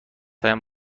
هایم